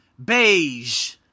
Beige